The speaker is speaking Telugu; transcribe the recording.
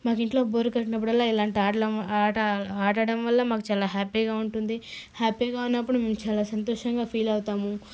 నాకింట్లో బోర్ కొట్టినప్పుడల్లా ఇలాంటి ఆటలు ఆడడం ఆట ఆడడం వల్ల మాకు చాలా హ్యాపీగా ఉంటుంది హ్యాపీగా ఉన్నప్పుడు మేము చాలా సంతోషంగా ఫీల్ అవుతాము